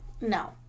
no